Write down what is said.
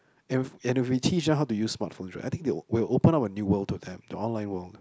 and if and if we teach them how to use smart phones right I think they will will open up a new world to them the online world